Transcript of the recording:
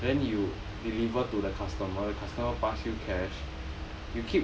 then you deliver to the customer the customer pass you cash